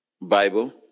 Bible